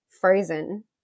frozen